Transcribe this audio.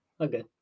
Okay